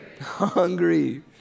hungry